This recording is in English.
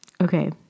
Okay